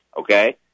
Okay